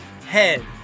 head